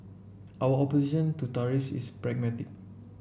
our opposition to tariff is pragmatic